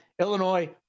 Illinois